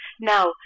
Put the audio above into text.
Now